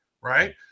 right